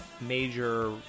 major